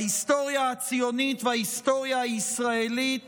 ההיסטוריה הציונית וההיסטוריה הישראלית